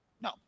No